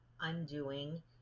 Undoing